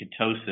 ketosis